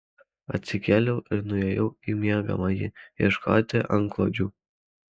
atsikėliau ir nuėjau į miegamąjį ieškoti antklodžių